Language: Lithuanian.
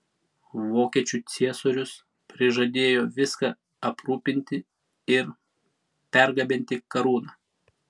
vokiečių ciesorius prižadėjo viską aprūpinti ir pergabenti karūną